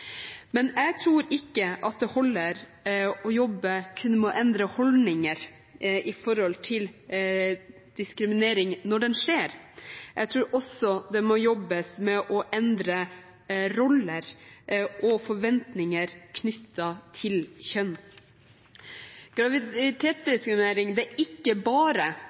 Men jeg tror ikke at det holder kun å jobbe med å endre holdninger til diskriminering når det skjer, jeg tror også det må jobbes med å endre roller og forventninger knyttet til kjønn. Graviditetsdiskriminering er ikke bare